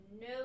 no